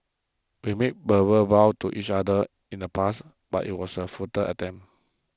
we made verbal vows to each other in the past but it was a futile attempt